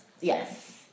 Yes